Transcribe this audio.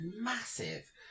massive